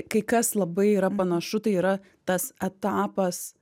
kai kas labai yra panašu tai yra tas etapas